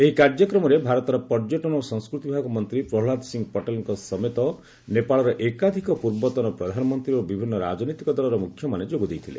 ଏହି କାର୍ଯ୍ୟକ୍ରମରେ ଭାରତର ପର୍ଯ୍ୟଟନ ଓ ସଂସ୍କୃତି ବିଭାଗ ମନ୍ତ୍ରୀ ପ୍ରହଲ୍ଲାଦ ସିଂହ ପଟେଲ୍ଙ୍କ ସମେତ ନେପାଳର ଏକାଧିକ ପୂର୍ବତନ ପ୍ରଧାନମନ୍ତ୍ରୀ ଓ ବିଭିନ୍ନ ରାଜନୈତିକ ଦଳର ମୁଖ୍ୟମାନେ ଯୋଗ ଦେଇଥିଲେ